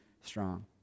strong